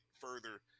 further